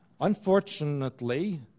Unfortunately